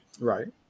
right